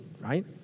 right